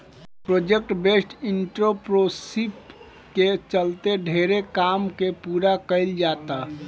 project based entrepreneurship के चलते ढेरे काम के पूरा कईल जाता